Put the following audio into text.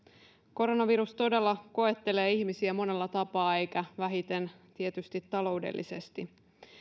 koronavirus todella koettelee ihmisiä monella tapaa eikä vähiten tietysti taloudellisesti